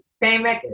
famous